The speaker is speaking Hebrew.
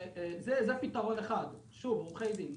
זה פתרון אחד, עורכי דין.